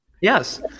Yes